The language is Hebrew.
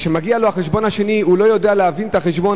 וכשמגיע החשבון השני האדם לא יודע להבין את החשבון,